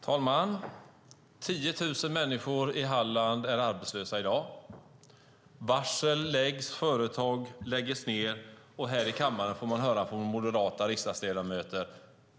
Fru talman! 10 000 människor i Halland är arbetslösa i dag. Varsel läggs, företag läggs ned och här i kammaren får man från moderata riksdagsledamöter höra: